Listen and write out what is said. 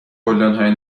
گلدانهای